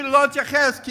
עליהם מחילה, על